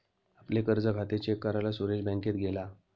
आपले कर्ज खाते चेक करायला सुरेश बँकेत गेला